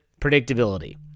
predictability